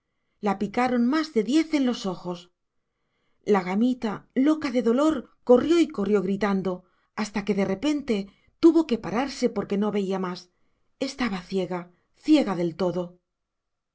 la picaron más de diez en los ojos la gamita loca de dolor corrió y corrió gritando hasta que de repente tuvo que pararse porque no veía más estaba ciega ciega del todo